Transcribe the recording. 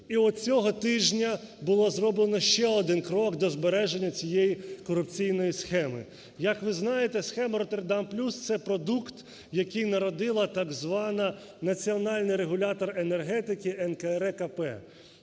І от цього тижня було зроблено ще один крок до збереження цієї корупційної схеми. Як ви знаєте, схема "Роттердам плюс" – це продукт, який народила так звана національний регулятор енергетики НКРЕКП.